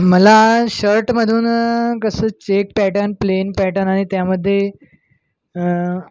मला शर्टमधून कसं चेक पॅटर्न प्लेन पॅटर्न आणि त्यामध्ये